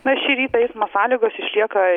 na šį rytą eismo sąlygos išlieka